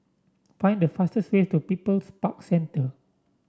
find the fastest way to People's Park Centre